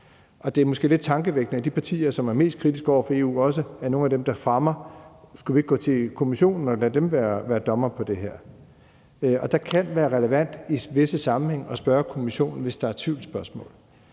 og det er måske lidt tankevækkende, at de partier, som er mest kritiske over for EU, også er nogle af dem, der siger, om vi ikke skulle gå til Kommissionen og lade dem være dommere på det her. Og det kan være relevant i visse sammenhænge at spørge Kommissionen, hvis der er tvivlsspørgsmål.